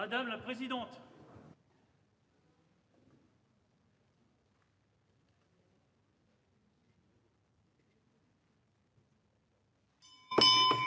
Madame la présidente,